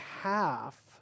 half